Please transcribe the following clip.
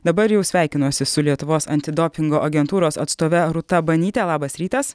dabar jau sveikinosi su lietuvos antidopingo agentūros atstove rūta banytė labas rytas